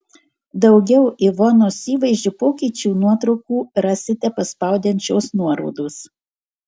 daugiau ivonos įvaizdžio pokyčių nuotraukų rasite paspaudę ant šios nuorodos